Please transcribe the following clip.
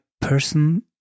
person